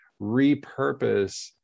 repurpose